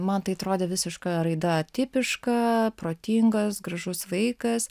man tai atrodė visiška raida tipiška protingas gražus vaikas